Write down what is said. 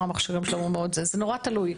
המכשירים שלה הוא מאוד --- זה נורא תלוי.